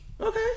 Okay